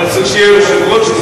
אבל צריך שיהיה יושב-ראש.